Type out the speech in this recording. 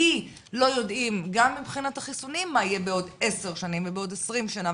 כי לא יודעים גם מבחינת החיסונים מה יהיה בעוד 10 ו-20 שנה,